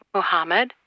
Muhammad